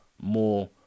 more